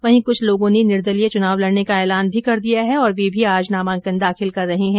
वहीं क्रछ लोगों ने निर्दलीय चुनाव लडने का ऐलान कर दिया है और वे भी आज नामांकन दाखिल कर रहे है